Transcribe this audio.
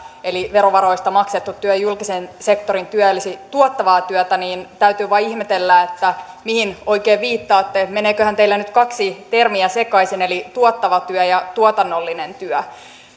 eli verovaroista maksettu työ julkisen sektorin työ ei olisi tuottavaa työtä niin täytyy vain ihmetellä mihin oikein viittaatte meneeköhän teillä nyt kaksi termiä sekaisin eli tuottava työ ja tuotannollinen työ